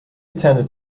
attended